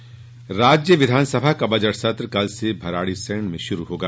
budget सत्र राज्य विधानसभा का बजट सत्र कल से भराड़ीसैंण में शुरु होगा